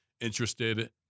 interested